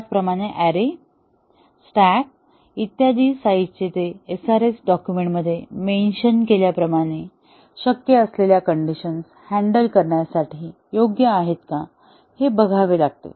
त्याचप्रमाणे array stack इत्यादींचा size ते SRS डॉकुमेंटमध्ये मेन्शन केल्याप्रमाणे शक्य असलेल्या कंडिशन हॅन्डल करण्यासाठी योग्य आहेत का हे बघावे लागते